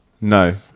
No